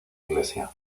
iglesia